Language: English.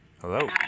Hello